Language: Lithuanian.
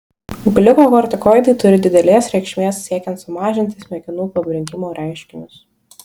gliukokortikoidai turi didelės reikšmės siekiant sumažinti smegenų pabrinkimo reiškinius